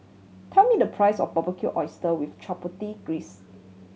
tell me the price of Barbecued Oyster with Chipotle